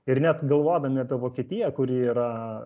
ir net galvodami apie vokietiją kuri yra